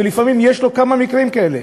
ולפעמים יש לו כמה מקרים כאלה,